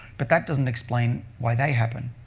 but that doesn't explain why they happen.